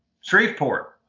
Shreveport